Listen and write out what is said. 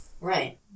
Right